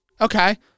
Okay